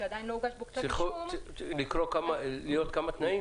הזה -- צריכים להיות כמה תנאים?